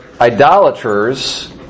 idolaters